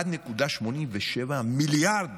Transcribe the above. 1.87 מיליארד